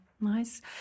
nice